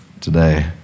today